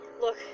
Look